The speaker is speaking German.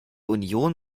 union